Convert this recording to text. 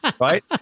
Right